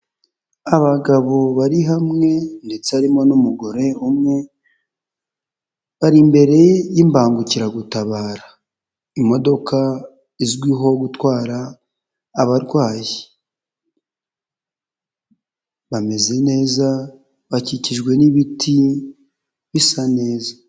Abagabo bari hamwe ndetse harimo n'umugore umwe, bari imbere y'imbangukiragutabara, imodoka izwiho gutwara abarwayi, bameze neza, bakikijwe n'ibiti bisa neza.